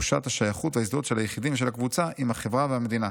תחושת השייכות וההזדהות של היחידים ושל הקבוצות עם החברה והמדינה".